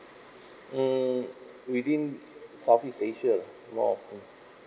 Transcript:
mm within southeast asia more often